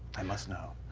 i must know.